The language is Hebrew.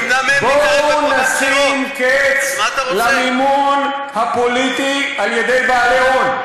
בואו נשים קץ למימון הפוליטי על-ידי בעלי הון,